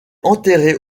enterré